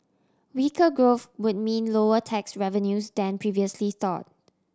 weaker growth would mean lower tax revenues than previously thought